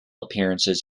appearances